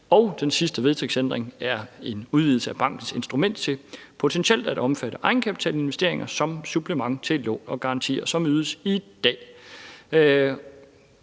Den sidste vedtægtsændring er en udvidelse af bankens instrumenter til potentielt at omfatte egenkapitalinvesteringer som supplement til lån og garantier, som ydes i dag.